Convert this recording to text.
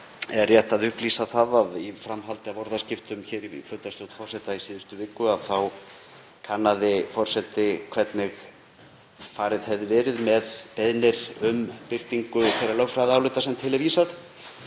er rétt að upplýsa það að í framhaldi af orðaskiptum hér í fundarstjórn forseta í síðustu viku þá kannaði forseti hvernig farið hefði verið með beiðnir um birtingu þeirra lögfræðiálita sem til er vísað.